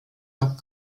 noch